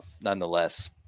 nonetheless